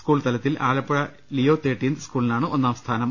school തലത്തിൽ Alappuzha Leo thirteenth സ്കൂളിനാണ് ഒന്നാം സ്ഥാനം